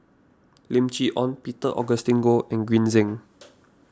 Lim Chee Onn Peter Augustine Goh and Green Zeng